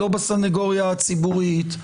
לא בסנגוריה הציבורית,